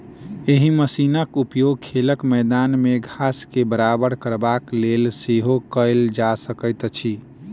एहि मशीनक उपयोग खेलक मैदान मे घास के बराबर करबाक लेल सेहो कयल जा सकैत अछि